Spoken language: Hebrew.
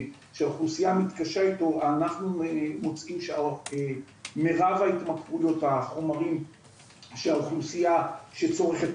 אנחנו מוצאים שמירב ההתמכרויות לחומרים שהאוכלוסיה שצורכת,